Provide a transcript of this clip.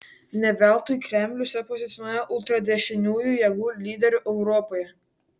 ne veltui kremlius save pozicionuoja ultradešiniųjų jėgų lyderiu europoje